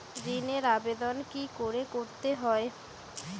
ঋণের আবেদন কি করে করতে হয়?